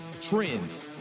trends